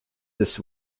this